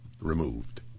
removed